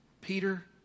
Peter